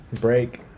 break